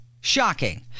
shocking